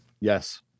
Yes